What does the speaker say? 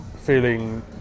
feeling